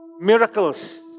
Miracles